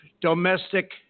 domestic